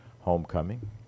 Homecoming